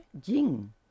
Jing